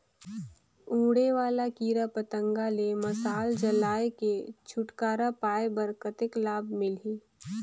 उड़े वाला कीरा पतंगा ले मशाल जलाय के छुटकारा पाय बर कतेक लाभ मिलही?